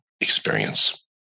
experience